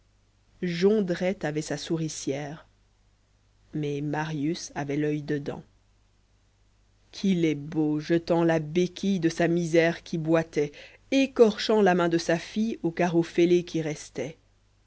jondrelte avait sa souricière mais marius avait l'oeil dedans qu'il est beau jetant la béquille de sa misère qui boitait ecorchant la main de sa fille au carreau fêlé qui restait